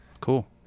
Cool